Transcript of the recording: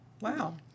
wow